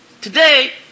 Today